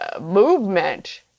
movement